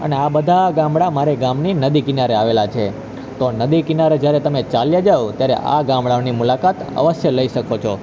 અને આ બધા ગામડા મારે ગામની નદી કિનારે આવેલા છે તો નદી કિનારે જ્યારે તમે ચાલ્યા જાઓ ત્યારે આ ગામડાઓની મુલાકાત અવશ્ય લઈ શકો છો